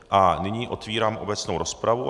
A nyní otvírám obecnou rozpravu.